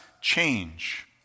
change